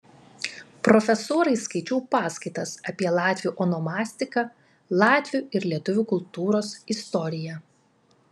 profesūrai skaičiau paskaitas apie latvių onomastiką latvių ir lietuvių kultūros istoriją